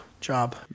job